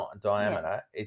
diameter